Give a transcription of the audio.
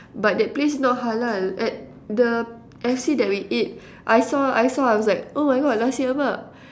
but that place not halal at the F_C that we ate I saw I saw I was like oh my God Nasi-Lemak